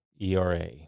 ERA